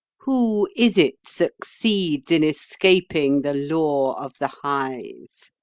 who is it succeeds in escaping the law of the hive?